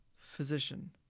physician